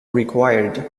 required